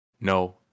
No